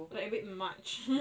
like red march